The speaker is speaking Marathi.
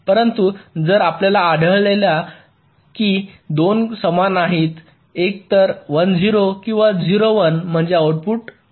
परंतु जर आपल्याला आढळले की ते दोन्ही समान नाहीत एकतर 1 0 किंवा 0 1 म्हणजे आउटपुट 0 आहे